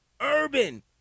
urban